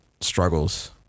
struggles